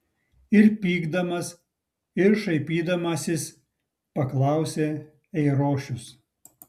ir pykdamas ir šaipydamasis paklausė eirošius